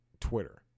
twitter